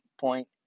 point